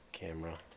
Camera